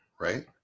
right